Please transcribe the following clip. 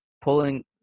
pulling